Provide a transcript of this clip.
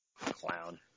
Clown